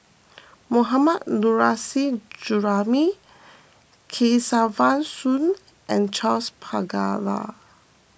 Mohammad Nurrasyid Juraimi Kesavan Soon and Charles Paglar